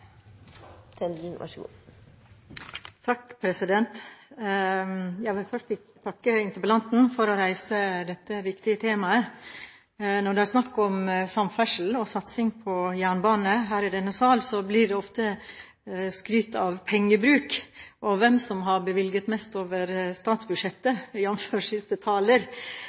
er ikke så veldig mye å slå seg på brystet for. Jeg vil først takke interpellanten for å reise dette viktige temaet. Når det er snakk om samferdsel og satsing på jernbane her i denne sal, blir det ofte skrytt av pengebruk og hvem som har bevilget mest over statsbudsjettet,